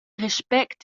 respect